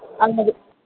അത് മതി